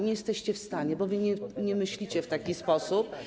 Nie jesteście w stanie, bo wy nie myślicie w taki sposób.